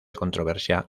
controversia